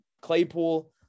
Claypool